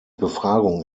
befragung